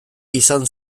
izan